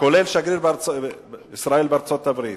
כולל שגריר ישראל בארצות-הברית,